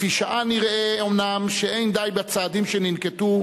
לפי שעה נראה אומנם שאין די בצעדים שננקטו,